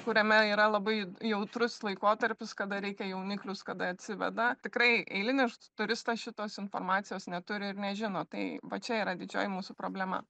kuriame yra labai jautrus laikotarpis kada reikia jauniklius kada atsiveda tikrai eilinis turistas šitos informacijos neturi ir nežino tai va čia yra didžioji mūsų problema